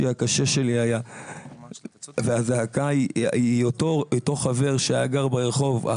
הקשה שלי היה והזעקה היא אותו חבר שהיה גר ברחוב,